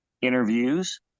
interviews